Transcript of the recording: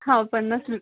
हा पन्नास रुपये